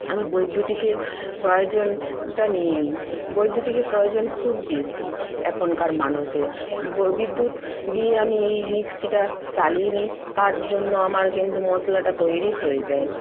আমি বিদ্যুতের প্রয়োজনটা নিয়ে নিই বিদ্যুতের প্রয়োজন খুব বেশি এখনকার মানুষের বিদ্যুৎ দিয়েই আমি এই মিক্সিটা চালিয়ে নিই তার জন্য আমার কিন্তু মশলাটা তৈরি হয়ে যায়